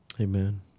Amen